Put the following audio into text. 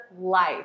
life